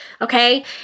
okay